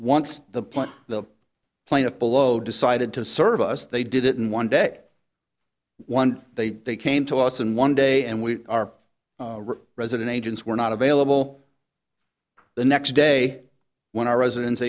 once the point the plaintiff below decided to serve us they did it in one day one they they came to us in one day and we are resident agents were not available the next day when our residen